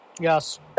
Yes